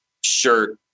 shirt